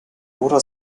dora